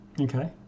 Okay